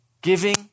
Giving